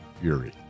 Fury